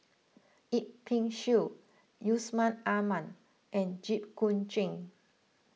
Yip Pin Xiu Yusman Aman and Jit Koon Ch'ng